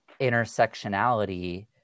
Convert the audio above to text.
intersectionality